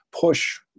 push